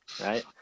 right